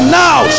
now